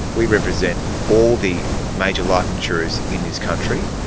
we represent all the major life insurers in this country.